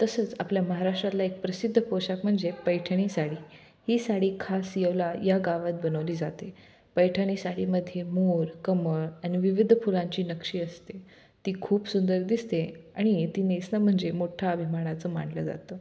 तसंच आपल्या महाराष्ट्रातला एक प्रसिद्ध पोशाख म्हणजे पैठणी साडी ही साडी खास येवला या गावात बनवली जाते पैठणी साडीमध्ये मोर कमळ आणि विविध फुलांची नक्षी असते ती खूप सुंदर दिसते आणि ती नेसणं म्हणजे मोठा अभिमानाचं मानलं जातं